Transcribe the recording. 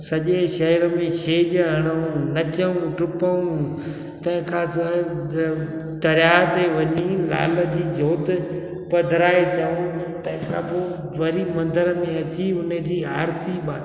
सॼे शहर में छेॼ हणूं नचूं टिपूं तंहिं खां दरियाह ते वञी लाल जी जोत पधिराए चऊं तंहिं खां पोइ वरी मंदर में अची हुनजी आरिती बार